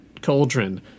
cauldron